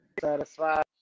satisfied